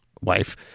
wife